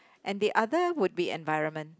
and the other would be environment